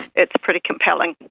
it's pretty compelling.